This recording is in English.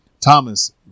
Thomas